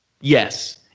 Yes